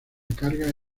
carga